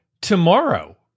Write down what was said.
tomorrow